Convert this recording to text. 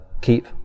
keep